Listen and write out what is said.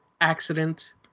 accident